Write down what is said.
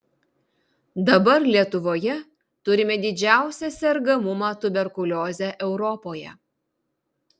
dabar lietuvoje turime didžiausią sergamumą tuberkulioze europoje